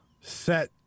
set